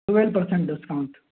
twelve percent discount